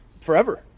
Forever